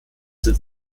sind